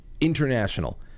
international